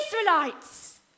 Israelites